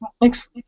Thanks